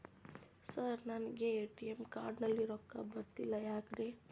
Sir ನನಗೆ ATM card ನಲ್ಲಿ ರೊಕ್ಕ ಬರತಿಲ್ಲ ಯಾಕ್ರೇ?